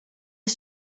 est